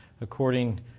according